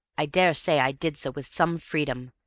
i daresay i did so with some freedom,